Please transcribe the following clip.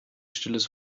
stilles